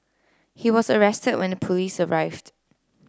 he was arrested when the police arrived